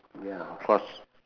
ya of course